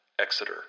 Exeter